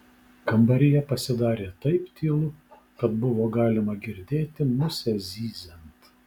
kambaryje pasidarė taip tylu kad buvo galima girdėti musę zyziant